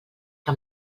que